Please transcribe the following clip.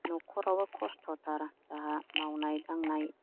नखरावबो खस्थ'थार जोंहा मावनाय दांनाय